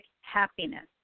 happiness